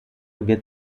wird